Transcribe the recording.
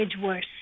worse